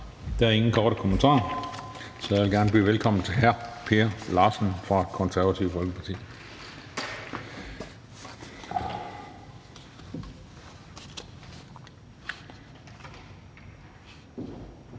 Der er ingen korte bemærkninger, så jeg vil gerne byde velkommen til hr. Per Larsen fra Det Konservative Folkeparti.